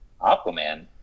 aquaman